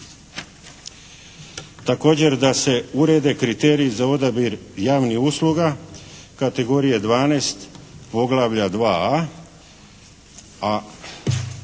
Također da se urede kriteriji za odabir javnih usluga kategorije 12, poglavlja 2A, a